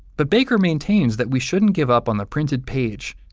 but baker maintains that we shouldn't give up on the printed page.